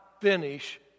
finish